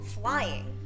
flying